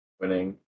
Winning